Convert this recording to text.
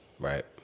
Right